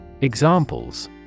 Examples